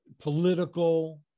political